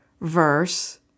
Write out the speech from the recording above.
verse